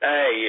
Hey